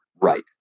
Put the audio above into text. Right